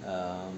um